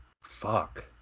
fuck